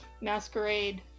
masquerade